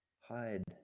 Hide